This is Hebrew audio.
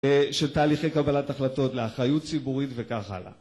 של תהליכי קבלת החלטות לאחריות ציבורית וכך הלאה